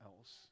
else